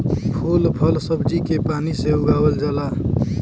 फूल फल सब्जी के पानी से उगावल जाला